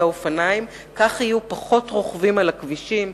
האופניים כך יהיו פחות רוכבים על הכבישים,